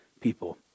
people